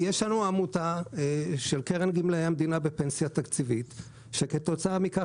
יש לנו עמותה של קרן גמלאי המדינה בפנסיה תקציבית שכתוצאה מכך